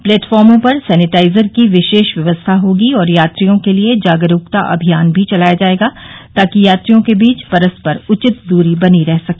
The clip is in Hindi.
प्लेटफार्मो पर सैनिटाइजर की विशेष व्यवस्था होगी और यात्रियों के लिए जागरूकता अभियान भी चलाया जाएगा ताकि यात्रियों के बीच परस्पर उचित दूरी बनी रह सके